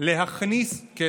להכניס כסף.